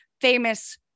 famous